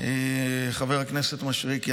וחבר הכנסת מישרקי.